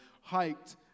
hiked